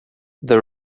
the